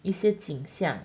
一些景象